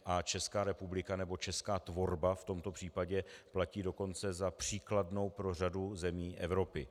A Česká republika nebo česká tvorba v tomto případě platí dokonce za příkladnou pro řadu zemí Evropy.